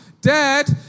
Dad